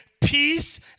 peace